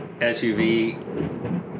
SUV